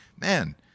man